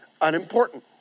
unimportant